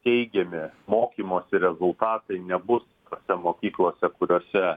teigiami mokymosi rezultatai nebus tose mokyklose kuriose